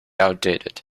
outdated